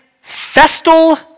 festal